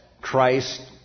Christ